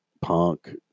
punk